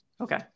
Okay